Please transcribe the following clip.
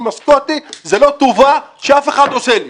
הסקוטי וזאת לא טובה שמישהו עושה לי.